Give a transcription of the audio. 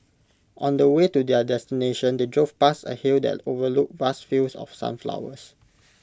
on the way to their destination they drove past A hill that overlooked vast fields of sunflowers